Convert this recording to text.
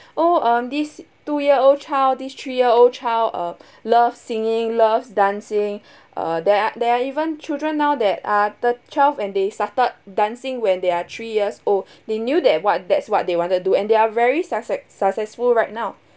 oh um this two year old child these three year old child uh love singing loves dancing uh there're there're even children now that uh the twelve and they started dancing when there are three years old they knew that what that's what they want to do and they are very success~ successful right now